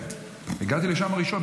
הגעתי לשם ראשון.